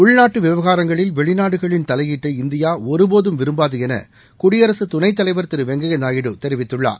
உள்நாட்டு விவகாரங்களில் வெளிநாடுகளின் தலையீட்டை இந்தியா ஒருபோதும் விரும்பாது என குடியரசு துணைத்தலைவர் திரு வெங்கய்ய நாயுடு தெரிவித்துள்ளார்